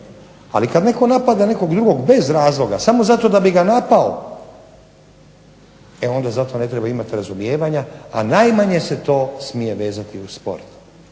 ali kada netko napada nekog drugog bez razloga samo zato da bi ga napao, e onda za to ne treba imati razumijevanja, a najmanje se to smije vezati uz sport.